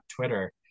Twitter